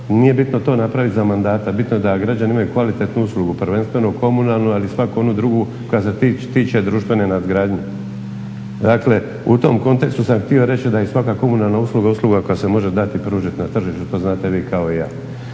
nije bitno to napraviti za mandata. Bitno je da građani imaju kvalitetnu uslugu, prvenstveno komunalnu ali i svaku onu drugu koja se tiče društvene nadgradnje. Dakle, u tom kontekstu sam htio reći da i svaka komunalna usluga, usluga koja se može dati, pružiti na tržištu. To znate vi kao i ja.